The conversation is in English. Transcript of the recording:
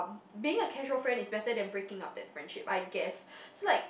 being a casual friend is better than breaking up that friendship I guess so like